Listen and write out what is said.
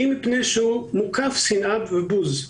אם מפני שהוא מוקף שנאה ובוז".